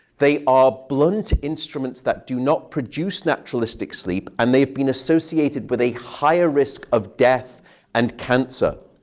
they are blunt instruments that do not produce naturalistic sleep, and they've been associated with a higher risk of death and cancer.